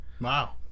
Wow